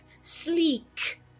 sleek